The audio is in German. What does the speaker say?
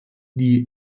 die